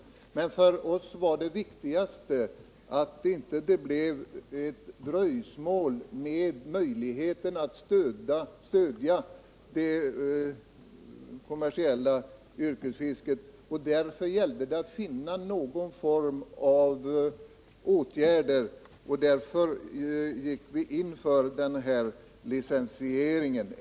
Det viktigaste för oss var emellertid aut det inte blev något dröjsmål när det gällde att stödja det kommersiella yrkesfisket. Därför gällde det att finna någon form av åtgärder, och då gick vi in för den här licensieringen.